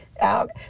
Out